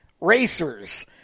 racers